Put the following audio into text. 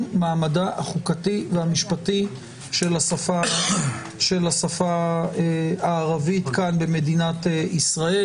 מעמדה החוקתי והמשפטי של השפה הערבית במדינת ישראל,